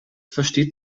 versteht